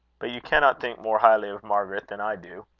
but you cannot think more highly of margaret than i do.